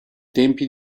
tempi